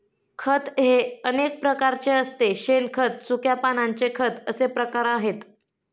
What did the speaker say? खत हे अनेक प्रकारचे असते शेणखत, सुक्या पानांचे खत असे प्रकार आहेत